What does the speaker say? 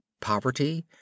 poverty